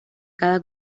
cada